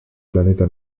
planeta